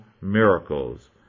miracles